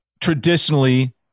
traditionally